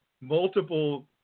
multiple